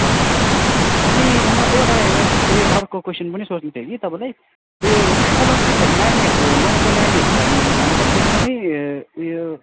हजुर अनि म एउटा एक्स्ट उयो अर्को कोइसन पनि सोध्नु थियो कि तपाईँलाई उयो स्कलरसिपहरू नानीहरूको गाउँको नानीहरूको लागि मतलब एकदमै उयो